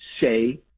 say